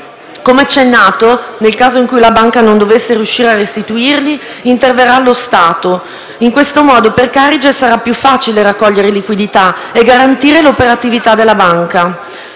Come accennato, nel caso in cui la banca non dovesse riuscire a restituirli, interverrà lo Stato; in questo modo per Carige sarà più facile raccogliere liquidità e garantire l'operatività della banca.